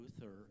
Luther